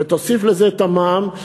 ותוסיף לזה את המע"מ,